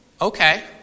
Okay